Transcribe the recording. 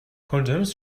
condoms